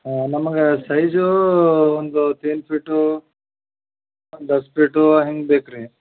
ಹಾಂ ನಮಗೆ ಸೈಝಾ ಒಂದು ತೀನ್ ಫೀಟೂ ಒಂದು ದಸ್ ಫೀಟೂ ಹೆಂಗೆ ಬೇಕು ರೀ